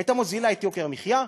היה מוזיל את יוקר המחיה,